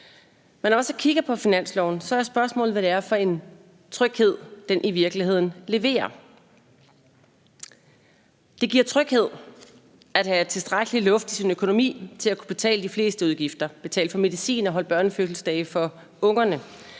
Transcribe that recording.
Men når jeg så kigger på finansloven, er spørgsmålet, hvad det er for en tryghed, den i virkeligheden leverer. Det giver tryghed at have tilstrækkelig luft i sin økonomi til at kunne betale de fleste udgifter, betale for medicin og holde børnefødselsdage for ungerne